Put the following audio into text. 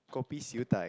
kopi Siew-Dai